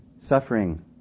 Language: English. suffering